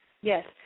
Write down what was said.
Yes